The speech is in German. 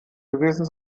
gewesen